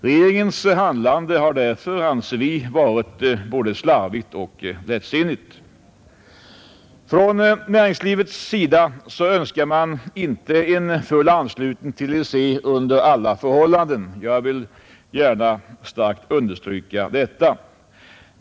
Regeringens handlande har därför, anser vi, varit slarvigt och lättsinnigt. Från näringslivets sida önskar man inte en full anslutning till EEC under alla förhållanden. Jag vill gärna starkt understryka detta.